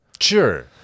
Sure